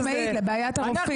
חד-משמעית, לבעיית הרופאים.